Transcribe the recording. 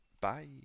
Bye